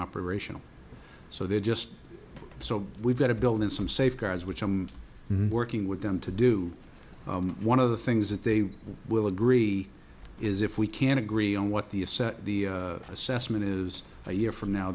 operational so they're just so we've got to build in some safeguards which i'm working with them to do one of the things that they will agree is if we can agree on what the assessment is a year from now